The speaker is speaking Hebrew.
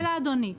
אני אענה לאדוני,